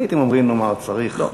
אם הייתם אומרים, נאמר, צריך 40?